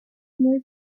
muy